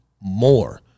more